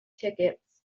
tickets